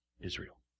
Israel